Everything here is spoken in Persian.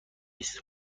است